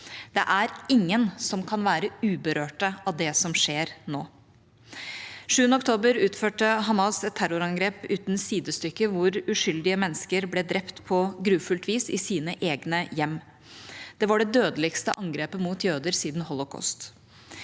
Det er ingen som kan være uberørt av det som skjer nå. Den 7. oktober utførte Hamas et terrorangrep uten sidestykke, hvor uskyldige mennesker ble drept på grufullt vis i sine egne hjem. Det var det dødeligste angrepet mot jøder siden holocaust.